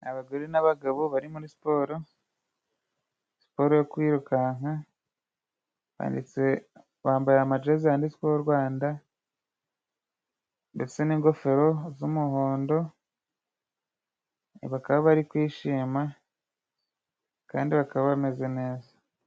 Abagore n'abagabo bari muri siporo, siporo yo kwirukanka, bambaye amajezi yanditsweho u Rwanda ndetse n'ingofero z'umuhondo, bakaba bari kwishima kandi bakaba bameze neza.